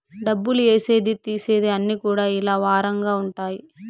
డబ్బులు ఏసేది తీసేది అన్ని కూడా ఇలా వారంగా ఉంటాయి